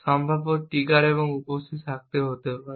সম্ভাব্য ট্রিগার এবং উপস্থিত হতে পারে